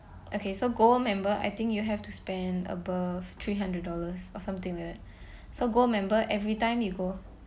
okay so gold member I think you have to spend above three hundred dollars or something like that so gold member every time you go